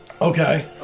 Okay